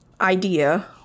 idea